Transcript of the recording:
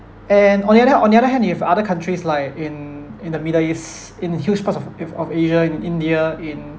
and on the other hand on the other hand you've other countries like in in the middle east in huge parts of of asia in india in